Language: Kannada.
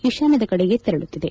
ಈಶಾನ್ಯದ ಕಡೆಗೆ ತೆರಳುತ್ತಿದೆ